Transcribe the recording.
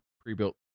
pre-built